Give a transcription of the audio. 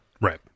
Right